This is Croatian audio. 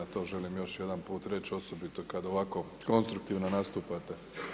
To želim još jedan put reći osobito kad ovako konstruktivno nastupate.